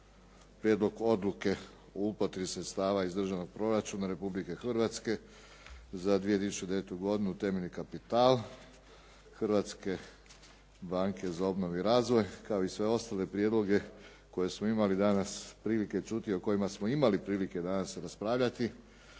Prijedlog odluke o uplati sredstava iz Državnog proračuna Republike Hrvatske za 2009. godinu u temeljni kapital Hrvatske banke za obnovu i razvoj kao i sve ostale prijedloge koje smo imali danas prilike čuti, o kojima smo imali prilike danas raspravljati